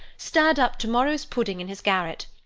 stirred up to-morrow's pudding in his garret,